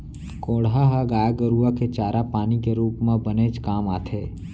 कोंढ़ा ह गाय गरूआ के चारा पानी के रूप म बनेच काम आथे